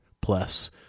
plus